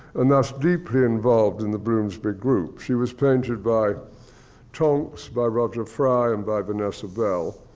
and thus deeply involved in the bloomsbury group. she was painted by taulks, by roger fry, and by vanessa bell,